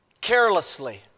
carelessly